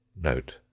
note